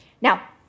Now